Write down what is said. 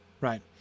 right